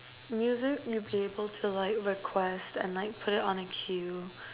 music you'll be able to like request and like put it on a queue